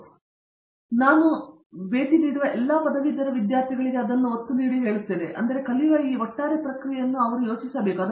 ಮತ್ತು ಮತ್ತು ನಾನು ಭೇಟಿ ನೀಡುವ ಎಲ್ಲಾ ಪದವೀಧರ ವಿದ್ಯಾರ್ಥಿಗಳಿಗೆ ಅದನ್ನು ಒತ್ತು ನೀಡುತ್ತೇನೆ ಅವರು ಕಲಿಯುವ ಈ ಒಟ್ಟಾರೆ ಪ್ರಕ್ರಿಯೆಯನ್ನು ಅವರು ಯೋಚಿಸಬೇಕು